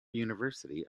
university